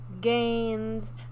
Gains